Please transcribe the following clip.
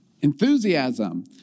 Enthusiasm